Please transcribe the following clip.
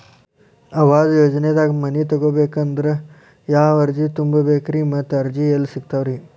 ಆವಾಸ ಯೋಜನೆದಾಗ ಮನಿ ತೊಗೋಬೇಕಂದ್ರ ಯಾವ ಅರ್ಜಿ ತುಂಬೇಕ್ರಿ ಮತ್ತ ಅರ್ಜಿ ಎಲ್ಲಿ ಸಿಗತಾವ್ರಿ?